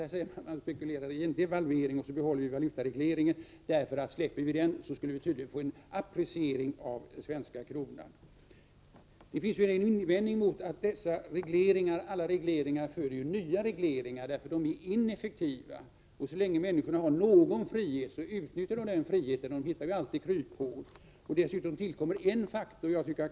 Här säger han att man spekulerar i en devalvering, och så behåller vi valutaregleringen — för om vi släpper den, skulle vi tydligen få en appreciering av den svenska kronan. Det finns en invändning mot dessa regleringar. Alla regleringar föder nya regleringar, eftersom de är ineffektiva. Så länge människorna har någon frihet utnyttjar de den friheten — de hittar ju alltid kryphål. Dessutom tillkommer en faktor.